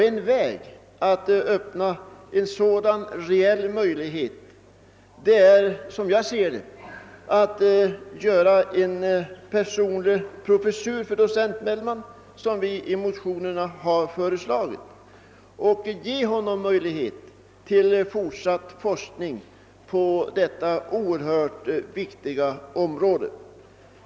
Ett sätt att öppna en sådan reell möjlighet är, som jag ser det, att inrätta en personlig professur för docent Bellman såsom vi har föreslagit i motionerna. Det skulle också ge honom möjlighet till fortsatt forskning på detta oerhört viktiga område.